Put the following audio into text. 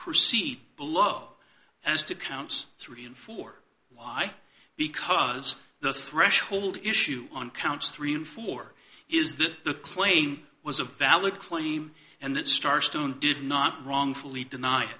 proceed below as to counts three and four why because the threshold issue on counts three and four is that the claim was a valid claim and that star student did not wrongfully deny